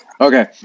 Okay